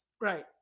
Right